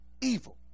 evil